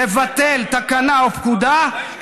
" לבטל תקנה או פקודה,